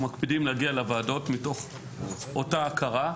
ומקפידים להגיע לוועדות מתוך אותה הכרה.